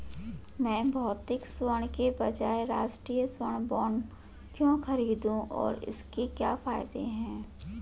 मैं भौतिक स्वर्ण के बजाय राष्ट्रिक स्वर्ण बॉन्ड क्यों खरीदूं और इसके क्या फायदे हैं?